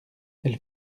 elle